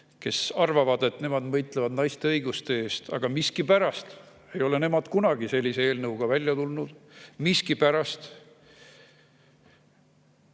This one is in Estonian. Nad arvavad, et nemad võitlevad naiste õiguste eest, aga miskipärast ei ole nemad kunagi sellise eelnõuga välja tulnud. Miskipärast